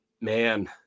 Man